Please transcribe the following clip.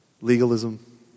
Legalism